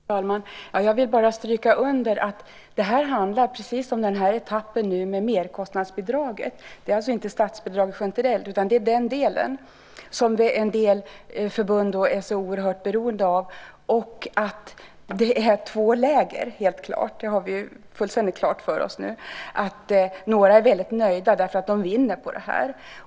Fru talman! Jag vill understryka att det handlar om den här etappen med merkostnadsbidrag. Det gäller alltså inte statsbidraget generellt utan om den delen som en del förbund är oerhört beroende av. Det finns helt klart två läger. Det har vi fullständigt klart för oss nu. Några är väldigt nöjda eftersom de vinner på detta.